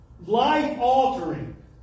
life-altering